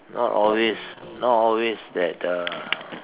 not always not always that uh